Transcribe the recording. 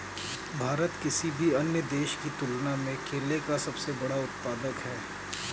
भारत किसी भी अन्य देश की तुलना में केले का सबसे बड़ा उत्पादक है